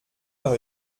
par